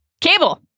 cable